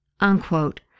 unquote